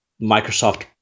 Microsoft